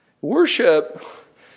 Worship